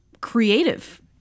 creative